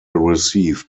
received